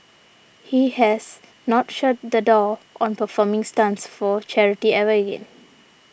he has not shut the door on performing stunts for charity ever again